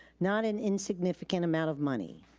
not an insignificant amount of money.